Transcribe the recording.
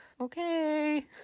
okay